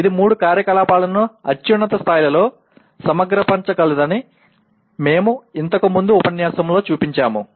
ఇది మూడు కార్యకలాపాలను అత్యున్నత స్థాయిలో సమగ్రపరచగలదని మేము ఇంతకు ముందు ఉపన్యాసంలో చూపించాము